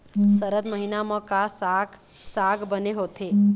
सरद महीना म का साक साग बने होथे?